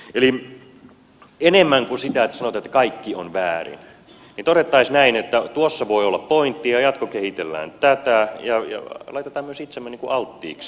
eli enemmän kuin että sanotaan että kaikki on väärin todettaisiin näin että tuossa voi olla pointtia ja jatkokehitellään tätä ja laitetaan myös itsemme alttiiksi